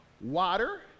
water